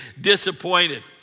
disappointed